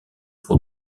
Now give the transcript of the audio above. pour